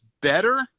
better